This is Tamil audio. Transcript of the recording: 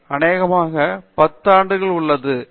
அது அநேகமாக 10 ஆண்டுகளாக உள்ளது